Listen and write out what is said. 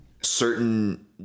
certain